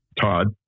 Todd